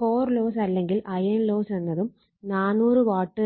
core loss അല്ലെങ്കിൽ iron loss എന്നതും 400 what